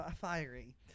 Fiery